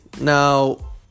Now